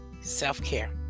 self-care